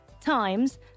times